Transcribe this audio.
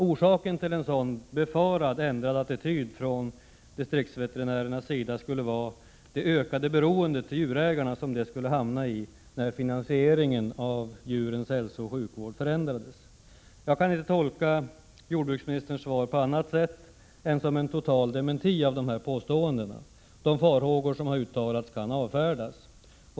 Orsaken till en sådan befarad ändrad attityd från distriktsveterinärernas sida skulle vara det ökade beroendet till djurägarna som distriktsveterinärerna skulle hamna i när finansieringen av djurens hälsooch sjukvård förändrades. Jag kan inte tolka jordbruksministerns svar på annat sätt än som en total dementi av dessa påståenden. De farhågor som har uttalats kan avfärdas.